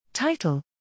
Title